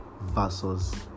versus